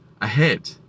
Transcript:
ahead